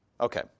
Okay